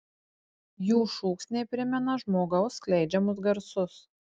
jų šūksniai primena žmogaus skleidžiamus garsus